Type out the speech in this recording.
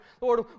Lord